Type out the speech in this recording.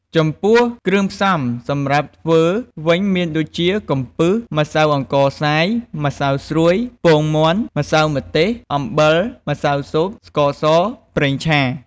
ចំំពោះគ្រឿងផ្សំសម្រាប់ធ្វើវិញ មានដូចជា កំពឹស ម្សៅអង្ករខ្សាយ ម្សៅស្រួយ ពងមាន់ ម្សៅម្ទេស អំបិល ម្សៅស៊ុប ស្ករស ប្រេងឆា ។